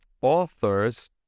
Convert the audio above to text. authors